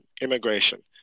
immigration